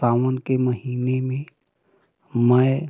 सावन के महीने में मैं